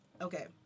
Okay